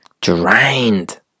drained